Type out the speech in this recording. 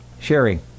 Sherry